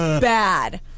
bad